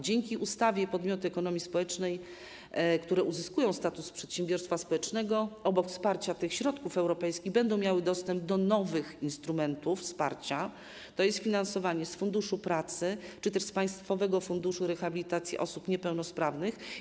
Dzięki tej ustawie podmioty ekonomii społecznej, które uzyskują status przedsiębiorstwa społecznego, poza wsparciem w postaci środków europejskich będą miały dostęp do nowych instrumentów wsparcia, do finansowania z Funduszu Pracy czy też z Państwowego Funduszu Rehabilitacji Osób Niepełnosprawnych.